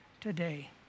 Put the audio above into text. today